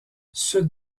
sud